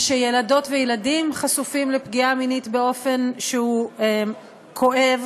ושילדות וילדים חשופים לפגיעה מינית באופן שהוא כואב.